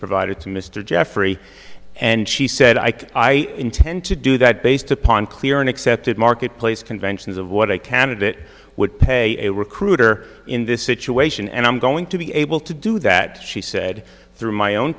provided to mr jeffrey and she said i could i intend to do that based upon clear and accepted marketplace conventions of what a candidate would pay a recruiter in this situation and i'm going to be able to do that she said through my own